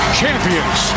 champions